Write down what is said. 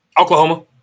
Oklahoma